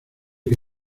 que